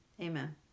amen